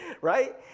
right